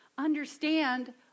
Understand